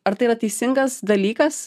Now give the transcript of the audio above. ar tai yra teisingas dalykas